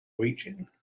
region